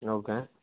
okay